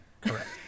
Correct